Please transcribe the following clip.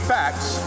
facts